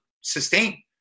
sustain